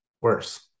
worse